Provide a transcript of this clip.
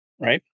right